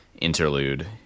interlude